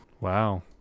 Wow